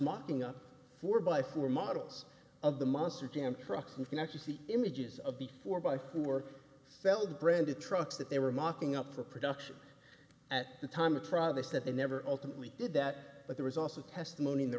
mocking up four by four models of the monster jam truck you can actually see images of the four by four felled brenda trucks that they were mocking up for production at the time a promise that they never ultimately did that but there was also testimony in the